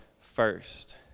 first